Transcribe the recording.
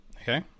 okay